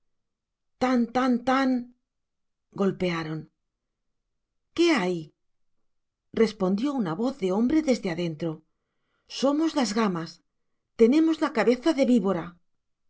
tan tan tan golpearon qué hay respondió una voz de hombre desde adentro somos las gamas tenemos la cabeza de víbora la